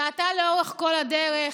טעתה לאורך כל הדרך.